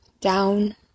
down